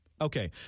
Okay